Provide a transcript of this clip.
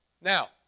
Now